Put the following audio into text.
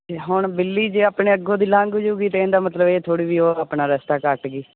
ਅਤੇ ਹੁਣ ਬਿੱਲੀ ਜੇ ਆਪਣੇ ਅੱਗੋਂ ਦੀ ਲੰਘ ਜਾਊਗੀ ਤਾਂ ਇਹਦਾ ਮਤਲਬ ਇਹ ਥੋੜ੍ਹੀ ਬਈ ਉਹ ਆਪਣਾ ਰਸਤਾ ਕੱਟ ਗਈ